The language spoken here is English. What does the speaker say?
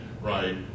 right